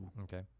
okay